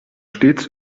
stets